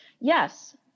Yes